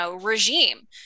regime